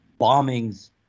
bombings